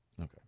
Okay